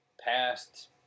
passed